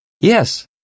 Yes